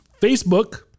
Facebook